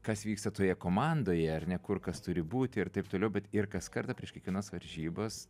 kas vyksta toje komandoje ar ne kur kas turi būti ir taip toliau bet ir kas kartą prieš kiekvienas varžybas